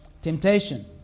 Temptation